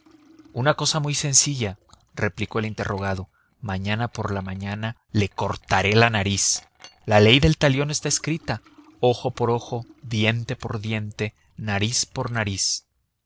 una cosa muy sencilla replicó el interrogado mañana por la mañana le cortaré la nariz la ley del talión está escrita ojo por ojo diente por diente nariz por nariz